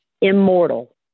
immortal